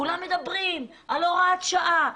כולם מדברים על הוראת שעה,